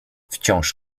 wciąż